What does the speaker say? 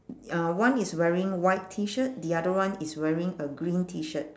y~ uh one is wearing white T shirt the other one is wearing a green T shirt